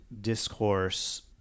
discourse